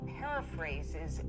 paraphrases